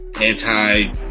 anti